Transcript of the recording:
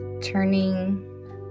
turning